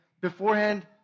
Beforehand